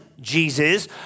Jesus